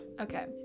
okay